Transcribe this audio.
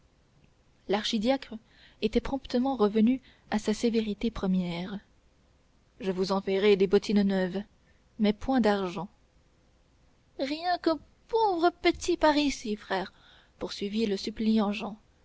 l'archidiacre était promptement revenu à sa sévérité première je vous enverrai des bottines neuves mais point d'argent rien qu'un pauvre petit parisis frère poursuivit le suppliant jehan